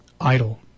idle